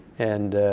and